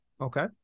Okay